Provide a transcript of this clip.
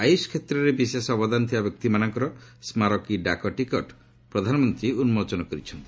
ଆୟୁଷ୍ କ୍ଷେତ୍ରରେ ବିଶେଷ ଅବଦାନ ଥିବା ବ୍ୟକ୍ତିମାନଙ୍କର ସ୍କାରକୀ ଡାକଟିକଟ୍ ପ୍ରଧାନମନ୍ତ୍ରୀ ଉନ୍କୋଚନ କରିଛନ୍ତି